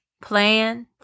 plan